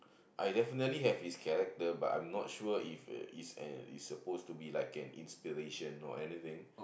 I definitely have his character but I'm not sure if it's an it's supposed to be an inspiration or anything